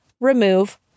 remove